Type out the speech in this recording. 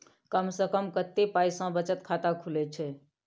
कम से कम कत्ते पाई सं बचत खाता खुले छै?